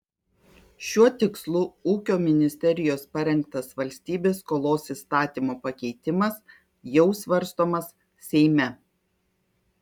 šiuo tikslu ūkio ministerijos parengtas valstybės skolos įstatymo pakeitimas jau svarstomas seime